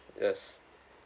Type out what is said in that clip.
yes